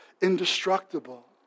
indestructible